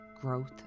growth